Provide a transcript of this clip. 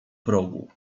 progu